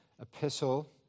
epistle